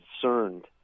concerned